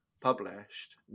published